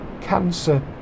cancer